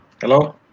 Hello